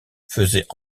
faisaient